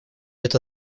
это